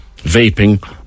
vaping